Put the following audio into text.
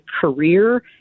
career